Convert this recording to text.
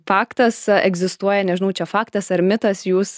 faktas egzistuoja nežinau čia faktas ar mitas jūs